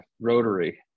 rotary